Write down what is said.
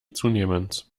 zunehmends